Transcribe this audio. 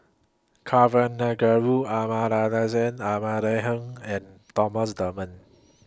Kavignareru Amallathasan Amanda Heng and Thomas Dunman